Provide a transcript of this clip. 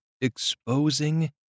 exposing